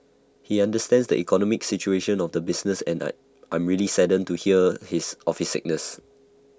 he understands the economic situation of the businesses and I I'm really saddened to hear his sickness